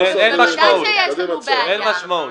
אין משמעות.